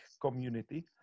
community